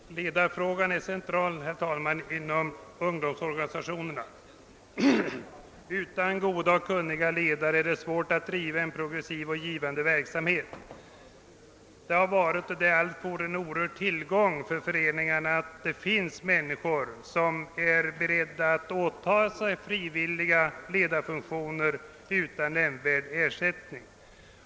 Herr talman! Ledarfrågan är central inom ungdomsorganisationerna. Utan goda och kunniga ledare är det svårt att driva en progressiv och givande verksamhet. Det har varit och är alltjämt en oerhörd tillgång för föreningarna, att det finns människor som är beredda att åta sig frivilliga ledarfunktioner utan nämnvärd ekonomisk ersättning.